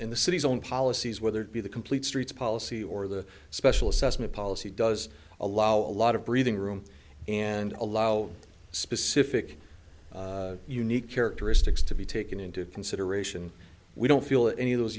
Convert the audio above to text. in the city's own policies whether it be the complete streets policy or the special assessment policy does allow a lot of breathing room and allow specific unique characteristics to be taken into consideration we don't feel any of those